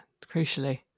crucially